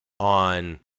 on